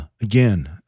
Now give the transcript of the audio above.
again